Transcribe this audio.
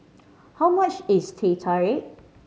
how much is Teh Tarik